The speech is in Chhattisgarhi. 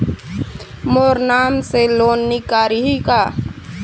मोर नाम से लोन निकारिही का?